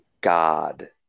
god